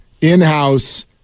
in-house